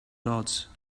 dots